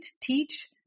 teach